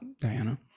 Diana